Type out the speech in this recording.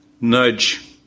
nudge